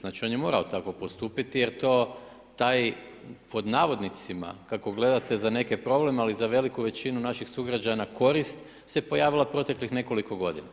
Znači on je morao tako postupiti jer to taj pod navodnicima, kako gledate za neki problem, ali za veliku većinu naših sugrađana korist se pojavila proteklih nekoliko godina.